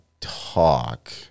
talk